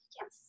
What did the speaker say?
yes